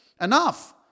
enough